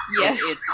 Yes